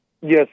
yes